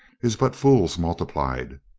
is but fools multiplied.